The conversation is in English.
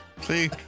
See